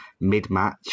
mid-match